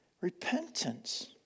Repentance